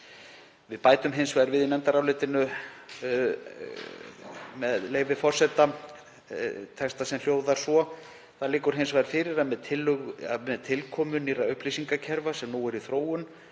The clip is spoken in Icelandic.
Við bætum hins vegar við í nefndarálitinu, með leyfi forseta, texta sem hljóðar svo: „Það liggur hins vegar fyrir að með tilkomu nýrra upplýsingakerfa sem nú eru í þróun